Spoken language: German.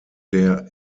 der